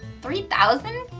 three thousand?